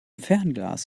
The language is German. fernglas